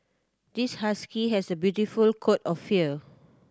this husky has a beautiful coat of fur